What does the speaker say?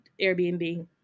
Airbnb